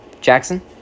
Jackson